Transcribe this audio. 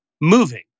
moving